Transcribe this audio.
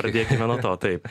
pradėkime nuo totaip